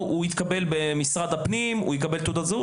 הוא יתקבל במשרד הפנים ויקבל תעודת זהות.